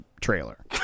trailer